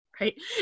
right